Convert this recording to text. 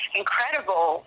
incredible